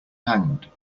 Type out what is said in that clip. hanged